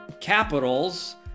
Capitals